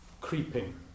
creeping